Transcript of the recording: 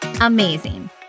Amazing